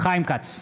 חיים כץ,